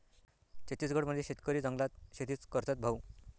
छत्तीसगड मध्ये शेतकरी जंगलात शेतीच करतात भाऊ